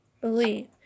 believe